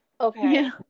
Okay